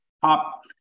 top